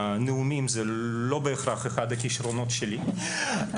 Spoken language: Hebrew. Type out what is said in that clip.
נאומים זה לא בהכרח אחד הכישרונות שלי,